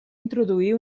introduir